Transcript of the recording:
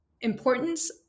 importance